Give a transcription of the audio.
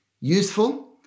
Useful